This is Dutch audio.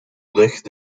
ligt